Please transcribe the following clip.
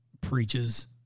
preaches